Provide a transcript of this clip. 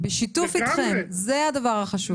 בשיתוף אתכם, זה הדבר החשוב.